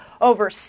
over